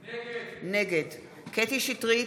נגד קטי קטרין שטרית,